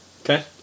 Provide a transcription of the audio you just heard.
Okay